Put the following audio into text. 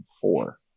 four